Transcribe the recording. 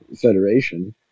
federation